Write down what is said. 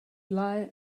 lie